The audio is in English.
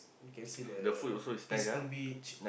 you can see the peaceful beach